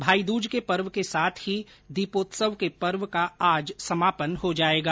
भाईदूज के पर्व के साथ ही दीपोत्सव के पर्व का आज समापन हो जाएगा